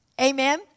Amen